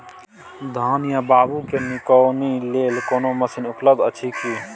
धान या बाबू के निकौनी लेल कोनो मसीन उपलब्ध अछि की?